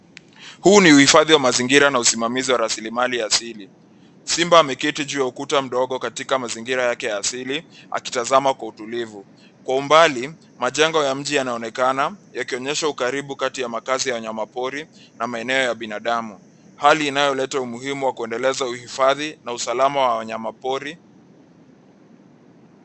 Huu ni uhifadhi wa mazingira na usimamizi wa rasilimali asili. Simba ameketi juu ya ukuta mdogo katika mazingira yake ya asili, akitazama kwa utulivu. Kwa umbali, majengo ya mji yanaonekana, yakionyesha ukaribu kati ya makazi ya wanyama pori na maeneo ya binadamu. Hali inayoleta umuhimu wa kuendeleza uhifadhi na usalama wa wanyama pori.